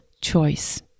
choice